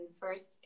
first